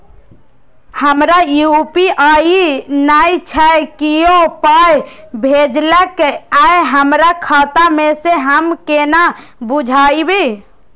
हमरा यू.पी.आई नय छै कियो पाय भेजलक यै हमरा खाता मे से हम केना बुझबै?